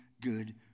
good